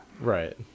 Right